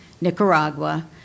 Nicaragua